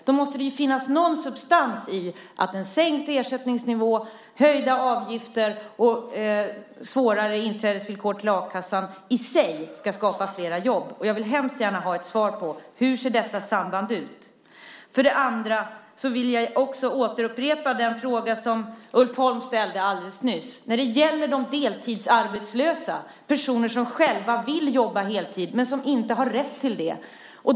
Då måste det ju finnas någon substans i att en sänkt ersättningsnivå, höjda avgifter och svårare inträdesvillkor till a-kassan i sig ska skapa flera jobb. Jag vill hemskt gärna ha svar på hur detta samband ser ut. Dessutom vill jag upprepa den fråga som Ulf Holm ställde alldeles nyss. Det gäller de deltidsarbetslösa, personer som själva vill jobba heltid men som inte har rätt till det.